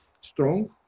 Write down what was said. strong